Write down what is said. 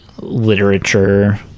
literature